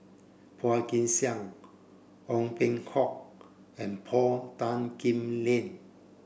Phua Kin Siang Ong Peng Hock and Paul Tan Kim Liang